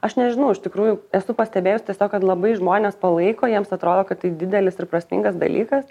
aš nežinau iš tikrųjų esu pastebėjus tiesiog kad labai žmonės palaiko jiems atrodo kad tai didelis ir prasmingas dalykas